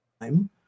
time